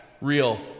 real